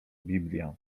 biblia